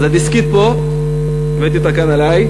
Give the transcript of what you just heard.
אז הדסקית פה, הבאתי אותה כאן עלי.